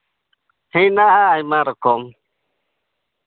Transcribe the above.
ᱦᱮᱱᱟᱜᱼᱟ ᱟᱭᱢᱟ ᱨᱚᱠᱚᱢ